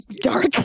dark